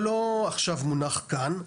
זה לא מונח כאן עכשיו.